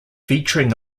featuring